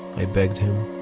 i begged him.